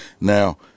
Now